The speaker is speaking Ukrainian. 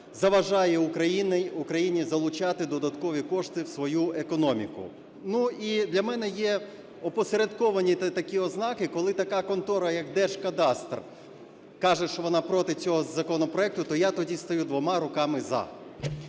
заважає Україні залучати додаткові кошти в свою економіку. Ну і для мене є опосередковані такі ознаки, коли така контора, як "Держкадастр", каже, що вона проти цього законопроекту, то я тоді стою двома руками "за".